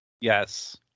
Yes